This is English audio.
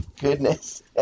goodness